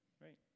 right